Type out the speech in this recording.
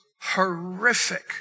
horrific